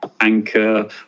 Anchor